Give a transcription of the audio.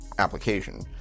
application